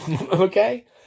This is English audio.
Okay